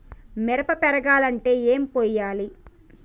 మిరప పెరగాలంటే ఏం పోయాలి?